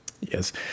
Yes